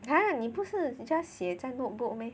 !huh! 你不是 you just 写在 notebook meh